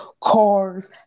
cars